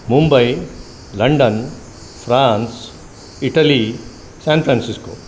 Mumbai London France Italy San Francisco